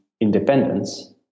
independence